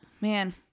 Man